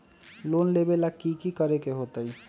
Loan लेबे ला की कि करे के होतई?